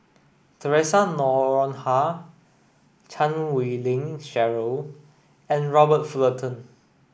Theresa Noronha Chan Wei Ling Cheryl and Robert Fullerton